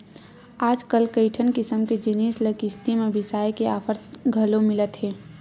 आजकल कइठन किसम के जिनिस ल किस्ती म बिसाए के ऑफर घलो मिलत हे